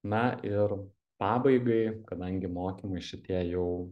na ir pabaigai kadangi mokymai šitie jau